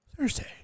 Thursday